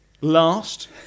last